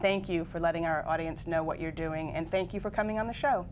you for letting our audience know what you're doing and thank you for coming on the show